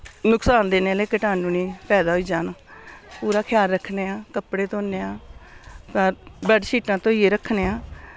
नुकसान देने आह्ले कीटाणु नि पैदा होई जान पूरा ख्याल रक्खने आं कपड़े धोन्ने आं बैडशीटां धोइयै रक्खने आं